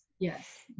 Yes